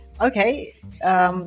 Okay